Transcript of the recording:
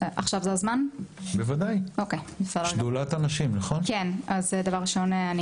דבר ראשון,